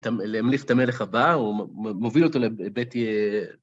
להמליך את המלך הבא, הוא מוביל אותו לבית יאה...